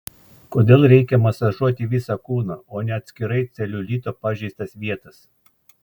kodėl reikia masažuoti visą kūną o ne atskirai celiulito pažeistas vietas